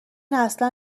اصلا